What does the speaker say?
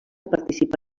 participà